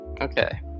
Okay